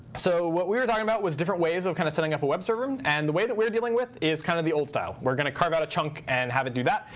so what we were talking about was different ways of kind of setting up a web server. and the way that we're dealing with is kind of the old style. we're going to carve out a chunk and have it do that.